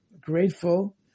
grateful